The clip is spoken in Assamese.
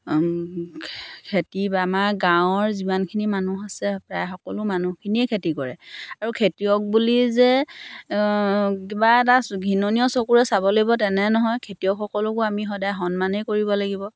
খেতি বা আমাৰ গাঁৱৰ যিমানখিনি মানুহ আছে প্ৰায় সকলো মানুহখিনিয়ে খেতি কৰে আৰু খেতিয়ক বুলি যে কিবা এটা ঘৃণণীয় চকুৰে চাব লাগিব তেনে নহয় খেতিয়কসকলকো আমি সদায় সন্মানেই কৰিব লাগিব